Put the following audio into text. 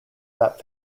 that